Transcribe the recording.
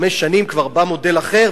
חמש שנים כבר בא מודל אחר,